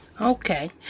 okay